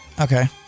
Okay